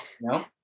no